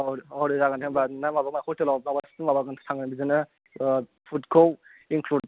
अर्दार अर्दार जागोन बिदिन माबाबा हटेलआव माबासिन माबागोन बिदिनो आह फुदखौ इनक्लुड